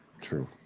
True